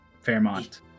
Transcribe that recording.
Fairmont